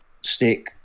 stick